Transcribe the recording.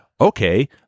okay